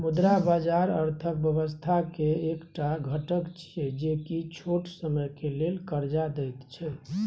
मुद्रा बाजार अर्थक व्यवस्था के एक टा घटक छिये जे की छोट समय के लेल कर्जा देत छै